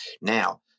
now